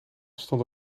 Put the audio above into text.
stond